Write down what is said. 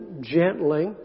gently